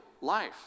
life